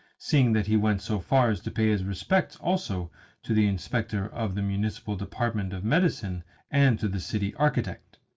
seeing that he went so far as to pay his respects also to the inspector of the municipal department of medicine and to the city architect.